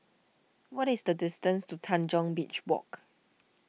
what is the distance to Tanjong Beach Walk